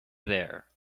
there